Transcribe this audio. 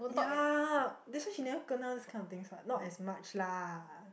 yeah that's why she never kena this kind of things what not as much lah